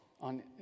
on